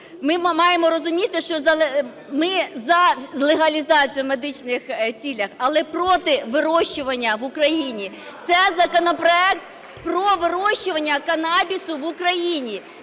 ми маємо розуміти, що ми за легалізацію в медичних цілях, але проти вирощування в Україні. Це законопроект про вирощування канабісу в Україні